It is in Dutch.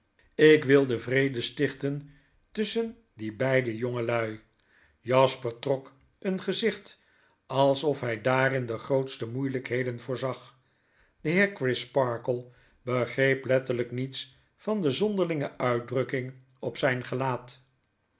ik wilde vrede stichten tusschen die beide jongelui jasper trok een gezicht alsof hij daarin de grootste moeielykheden voorzag de heer crisparkle begreep letterlijk niets van de zonderlinge uitdrukking op zyn gelaat